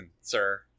sir